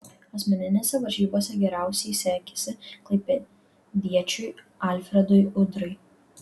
asmeninėse varžybose geriausiai sekėsi klaipėdiečiui alfredui udrai